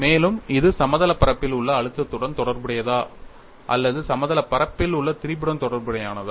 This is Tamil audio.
மேலும் இது சமதள பரப்பில் உள்ள அழுத்தத்துடன் தொடர்புடையதா அல்லது சமதள பரப்பில் உள்ள திரிபுடன் தொடர்பானதா